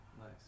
Nice